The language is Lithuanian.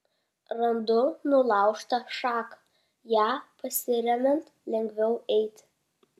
randu nulaužtą šaką ja pasiremiant lengviau eiti